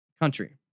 country